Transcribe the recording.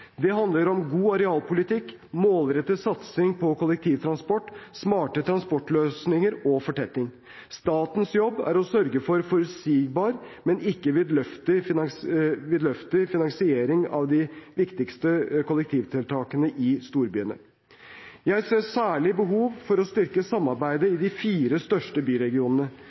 Det handler om god arealpolitikk, målrettet satsing på kollektivtransport, smarte transportløsninger og fortetting. Statens jobb er å sørge for forutsigbar, men ikke vidløftig, finansiering av de viktigste kollektivtiltakene i storbyene. Jeg ser særlig behov for å styrke samarbeidet i de fire største byregionene.